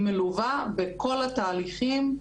היא מלווה בכל התהליכים,